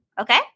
okay